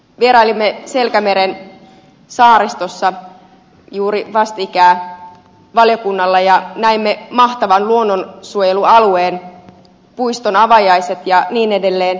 vierailimme selkämeren saaristossa juuri vastikään valiokunnan kanssa ja näimme mahtavan luonnonsuojelualueen puiston avajaiset ja niin edelleen